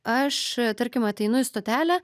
aš tarkim ateinu į stotelę